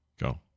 go